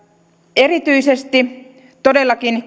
erityisesti todellakin